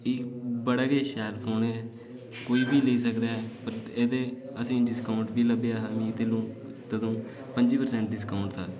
एह् बड़ा गै शैल फोन ऐ कोई बी लेई सकदा ऐ एह् दे च असेंगी डिस्काउंट बी लब्भेआ ऐ मिगी तदूं पं'ज्जी प्रसैंट डिस्काउंट हा